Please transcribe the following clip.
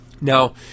Now